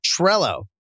Trello